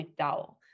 McDowell